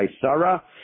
Sarah